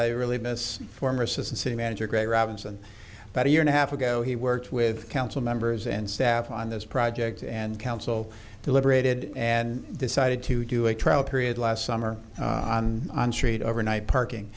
i really miss former assistant city manager greg robinson but a year and a half ago he worked with council members and staff on this project and council deliberated and decided to do a trial period last summer on on street overnight parking